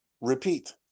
Repeat